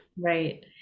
right